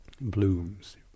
blooms